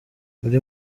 muri